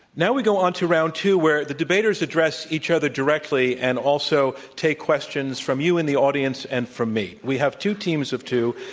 now we go on to round two, where the debaters address each other directly and also take questions from you in the audience and from me. we have two teams of two,